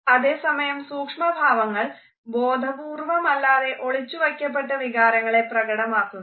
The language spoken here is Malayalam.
അതേസമയം സൂക്ഷമഭാവങ്ങൾ ബോധപൂർവ്വമല്ലാതെ ഒളിച്ചു വക്കപ്പെട്ട വികാരങ്ങളെ പ്രകടമാക്കുന്നു